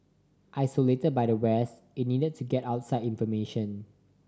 isolated by the West it needed to get outside information